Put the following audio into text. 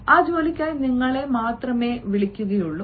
ആ ജോലിക്കായി നിങ്ങളെ മാത്രമേ വിളിക്കുകയുള്ളൂ